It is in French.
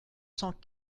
cent